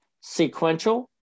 sequential